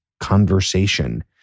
conversation